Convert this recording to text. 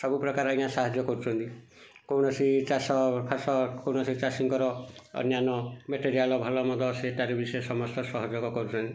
ସବୁ ପ୍ରକାର ଆଜ୍ଞା ସାହାଯ୍ୟ କରୁଛନ୍ତି କୌଣସି ଚାଷ ଫାଶ କୌଣସି ଚାଷୀଙ୍କର ଅନ୍ୟାନ୍ୟ ମାଟେରିଆଲ୍ ଭଲମନ୍ଦ ସିଏ ତାର ସମସ୍ତ ସହଯୋଗ କରୁଛନ୍ତି